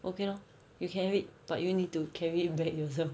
okay lor you can have it but you need to carry it back yourself